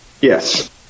Yes